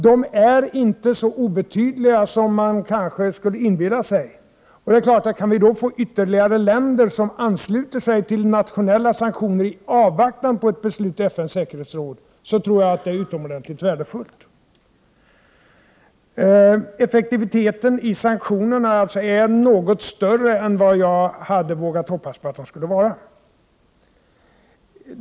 De är inte så obetydliga som man kanske kan inbilla sig. Men jag tror att om vi kan få ytterligare länder som ansluter sig till nationella sanktioner i avvaktan på ett beslut i FN:s säkerhetsråd är det utomordentligt värdefullt. Effekterna av sanktionerna har varit större än jag hade vågat hoppas.